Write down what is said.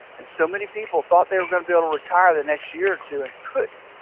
and so many people thought they were going to be able to retire the next year or two and couldn't,